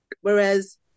Whereas